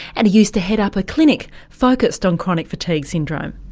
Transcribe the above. and he used to head up a clinic focused on chronic fatigue syndrome.